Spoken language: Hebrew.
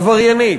עבריינית,